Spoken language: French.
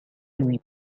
lui